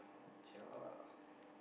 jialat